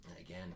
again